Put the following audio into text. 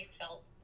felt